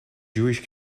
jewish